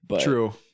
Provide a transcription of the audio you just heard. True